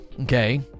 okay